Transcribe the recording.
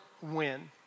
win